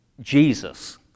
Jesus